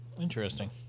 interesting